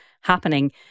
happening